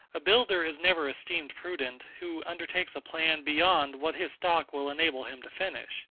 a builder is never esteemed prudent, who undertakes a plan beyond what his stock will enable him to finish.